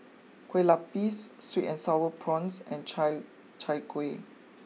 Kueh Lupis sweet and Sour Prawns and Chai Chai Kuih